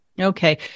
Okay